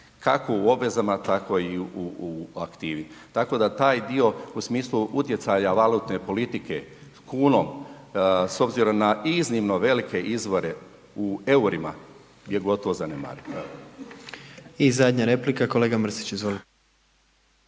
kako u obvezama tako i u aktivi. Tako da taj dio u smislu utjecaja valutne politike kunom, s obzirom na iznimno velike izvore u eurima je gotovo zanemarivo. Evo. **Jandroković, Gordan